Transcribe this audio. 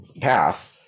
path